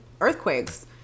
earthquakes